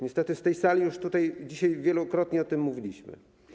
Niestety na tej sali już dzisiaj wielokrotnie o tym mówiliśmy.